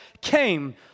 came